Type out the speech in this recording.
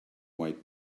white